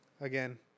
again